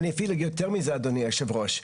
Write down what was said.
אפילו יותר מזה אדוני יושב הראש,